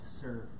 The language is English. serve